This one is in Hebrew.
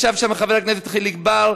ישב שם חבר הכנסת חיליק בר,